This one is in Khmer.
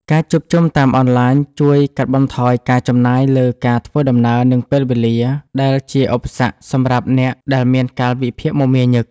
ការជួបជុំតាមអនឡាញជួយកាត់បន្ថយការចំណាយលើការធ្វើដំណើរ និងពេលវេលា ដែលជាឧបសគ្គសម្រាប់អ្នកដែលមានកាលវិភាគមមាញឹក។